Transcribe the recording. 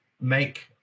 make